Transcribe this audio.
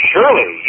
Surely